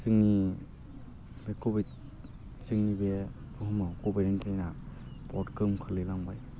जोंनि बे कभिड जोंनि बे भुहुमाव कभिड नाइन्टिना बहत गोहोम खोलैलांबाय